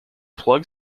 plug